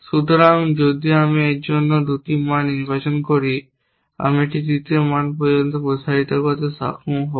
সুতরাং যদি আমি এর জন্য 2টি মান নির্বাচন করি আমি একটি তৃতীয় মান পর্যন্ত প্রসারিত করতে সক্ষম হব